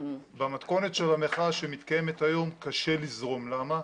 במתכונת של המחאה שמתקיימת היום קשה לזרום, למה?